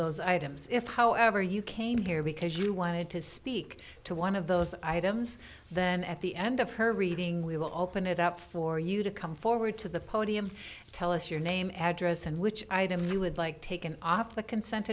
those items if however you came here because you wanted to speak to one of those items then at the end of her reading we will open it up for you to come forward to the podium tell us your name address and which item you would like taken off the consent